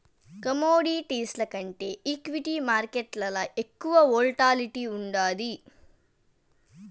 కమోడిటీస్ల కంటే ఈక్విటీ మార్కేట్లల ఎక్కువ వోల్టాలిటీ ఉండాది